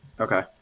Okay